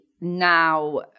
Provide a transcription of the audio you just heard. now